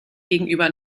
gegenüber